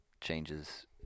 changes